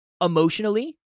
emotionally